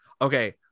Okay